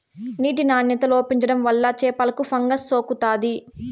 నీటి నాణ్యత లోపించడం వల్ల చేపలకు ఫంగస్ సోకుతాది